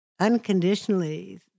unconditionally